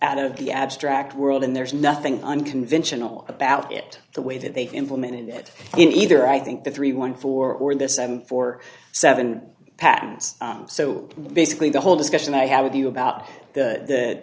out of the abstract world and there's nothing unconventional about it the way that they've implemented it in either i think the three one four or this i'm four seven patents so basically the whole discussion i have with you about the